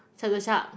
Chatuchak